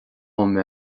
dom